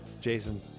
Jason